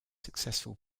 successful